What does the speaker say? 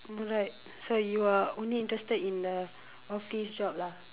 alright so you're only interested in a office job lah